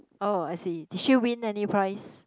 oh I see did she win any price